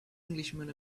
englishman